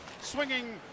swinging